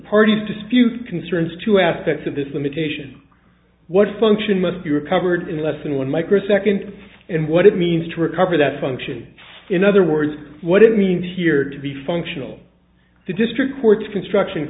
parties dispute concerns two aspects of this limitation what function must be recovered in less than one microsecond and what it means to recover that function in other words what it means here to be functional to district courts construction